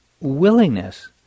willingness